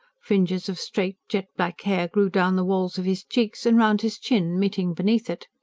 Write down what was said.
fringes of straight, jet-black hair grew down the walls of his cheeks and round his chin, meeting beneath it.